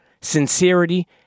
sincerity